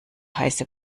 heiße